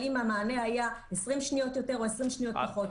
אם המענה היה 20 שניות יותר או פחות.